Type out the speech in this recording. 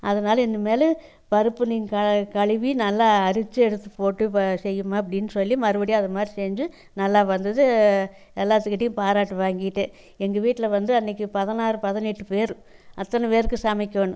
அதனால் இனிமேல் பருப்பு நீங்கள் க கழுவி நல்லா அரிச்சு எடுத்து போட்டு ப செய்யும்மா அப்படின்னு சொல்லி மறுபடியும் அதைமாரி செஞ்சு நல்லா வந்தது எல்லாத்துகிட்டையும் பாராட்டு வாங்கிட்டேன் எங்கள் வீட்டில் வந்து அன்னைக்கு பதினாறு பதினெட்டு பேர் அத்தனை பேருக்கு சமைக்கணும்